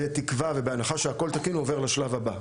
ובתקווה ובהנחה שהכל תקין הוא עובר לשלב הבא.